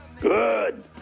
Good